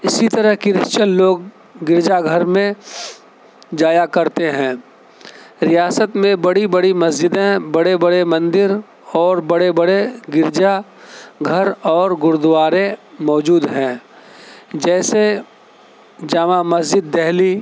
اسی طرح کریسچن لوگ گرجا گھر میں جایا کرتے ہیں ریاست میں بڑی بڑی مسجدیں بڑے بڑے مندر اور بڑے بڑے گرجا گھر اور گرودوارے موجود ہیں جیسے جامع مسجد دہلی